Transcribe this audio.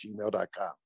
gmail.com